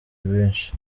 benshi